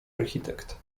architekt